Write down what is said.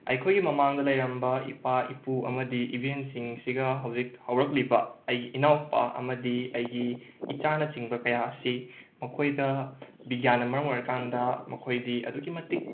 ꯑꯩꯈꯣꯏꯒꯤ ꯃꯃꯥꯡꯗ ꯂꯩꯔꯝꯕ ꯏꯄꯥ ꯏꯄꯨ ꯑꯃꯗꯤ ꯏꯕꯦꯟꯁꯤꯡꯁꯤꯒ ꯍꯧꯖꯤꯛ ꯍꯧꯔꯛꯂꯤꯕ ꯑꯩꯒꯤ ꯏꯅꯥꯎꯄꯥ ꯑꯃꯗꯤ ꯑꯩꯒꯤ ꯏꯆꯥꯅꯆꯤꯡꯕ ꯀꯌꯥ ꯑꯁꯤ ꯃꯈꯣꯏꯗ ꯕꯤꯒ꯭ꯌꯥꯟꯅ ꯃꯔꯝ ꯑꯣꯏꯔꯀꯥꯟꯗ ꯃꯈꯣꯏꯗꯤ ꯑꯗꯨꯛꯀꯤ ꯃꯇꯤꯛ